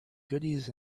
goodies